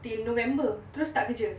till november terus start kerja